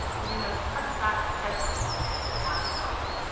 you're gonna press that check out button down at the bottom.